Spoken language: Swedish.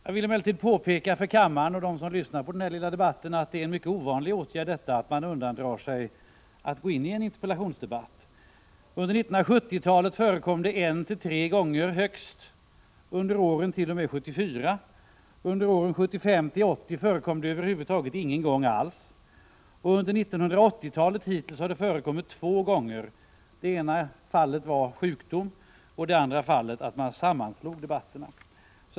Jag vill emellertid påpeka för kammaren och för dem som lyssnar på den här debatten att det är mycket ovanligt att man undandrar sig att gå in i en interpellationsdebatt. På 1970-talet förekom det högst 1-3 gånger under åren t.o.m. 1974. Under 1975-1980 förekom det över huvud taget ingen gång alls. Under 1980-talet hittills har det förekommit två gånger: det ena fallet på grund av sjukdom, det andra fallet genom sammanslagning av debatterna.